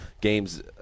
games